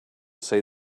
say